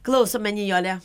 klausome nijole